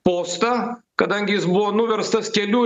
postą kadangi jis buvo nuverstas kelių